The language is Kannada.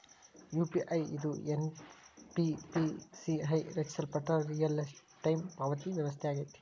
ಯು.ಪಿ.ಐ ಇದು ಎನ್.ಪಿ.ಸಿ.ಐ ರಚಿಸಲ್ಪಟ್ಟ ರಿಯಲ್ಟೈಮ್ ಪಾವತಿ ವ್ಯವಸ್ಥೆಯಾಗೆತಿ